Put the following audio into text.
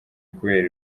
kubera